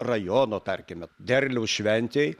rajono tarkime derliaus šventei